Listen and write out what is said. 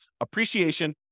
appreciation